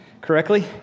correctly